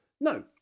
No